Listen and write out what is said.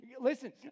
listen